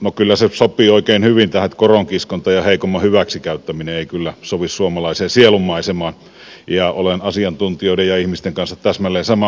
no kyllä se sopii oikein hyvin tähän että koronkiskonta ja heikomman hyväksikäyttäminen ei kyllä sovi suomalaiseen sielunmaisemaan ja olen asiantuntijoiden ja ihmisten kanssa täsmälleen samaa mieltä